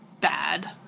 bad